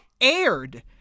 aired